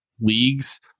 leagues